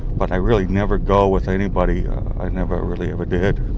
but i really never go with anybody i never really ever did.